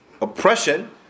oppression